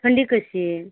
थंडी कशी आहे